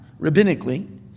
rabbinically